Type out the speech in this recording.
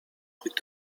rückt